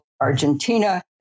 Argentina